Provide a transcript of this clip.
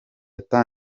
gukora